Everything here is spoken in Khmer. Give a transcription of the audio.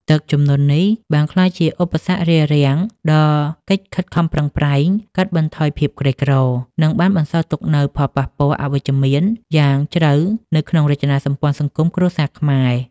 ទឹកជំនន់នេះ បានក្លាយជាឧបសគ្គរារាំងដល់កិច្ចខិតខំប្រឹងប្រែងកាត់បន្ថយភាពក្រីក្រ និងបានបន្សល់ទុកនូវផលប៉ះពាល់អវិជ្ជមានយ៉ាងជ្រៅនៅក្នុងរចនាសម្ព័ន្ធសង្គមគ្រួសារខ្មែរ។